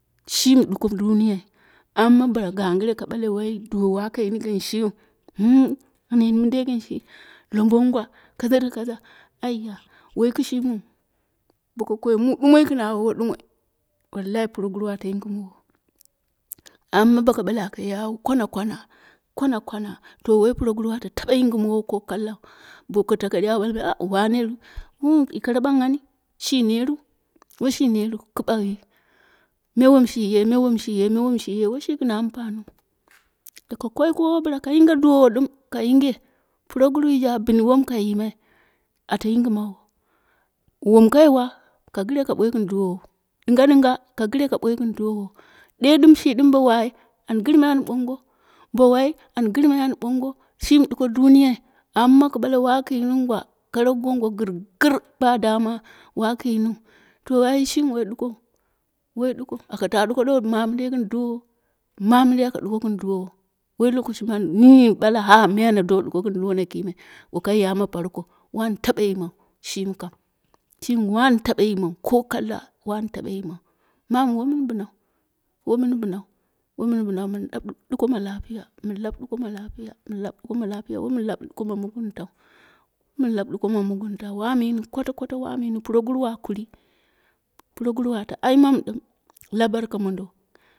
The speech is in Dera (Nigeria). Shimi duko duniyai, amma gangire ka bale woi duwowa wako yin gin shiu, mu ana yin mindei gin shi. Labong ngwa kaza da kaza aiya woi kishimiu. Boko koi mu dumoi gin awowo ɗumoi wallahi puroguru ate yingomowo. Amma boko ɓale ake ye kwana kwana kwana to woi puroguru ate taba yingimowo ko kallau. Boko tako di au balmai a wane ru? Yu koro bakkani shi netru woshi nettu ku bakyi, me wom shiye me wom shiye me womshiye woshi gin ampaniu. Boko kowo bla ka yinge duwowo dum ka yinge puroguru je abin wom ka yimai. Ate yingimowo, wom kai wa ka gire ka boi gin duwowo dinga dinga ka gire ka boi gin duwowu de dum shi dum bo wai an girmai an ɓongo, bo wai an girmai and ɓongo shimi duko duniya amma ka balke waku yiniu nga kara gongo girgit badama waku yiniu to ai shimi woi dukou woi dukou. Aka ta duko mami den gin duwowu manidei aka duko gin duwowo. Woi lokoci mani illigible me ana do duko gin duwono kine wo kai ya ma tarko wan taba yimau shini kam shimi wan taba yimau ko kallau wan taba yimau, mamu wo min binau wo min binau womin binau min lau duko ma lapiya min lap duko ma lapiya min lap duko ma lapiya, wo min lap duko ma mugunta, wo min lap duko ma mugunta wa mu yiniu kwata kwata wamu yiniu. Puroguru a kuri, puroguru ate aiymamu dum la barka mondo.